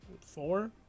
Four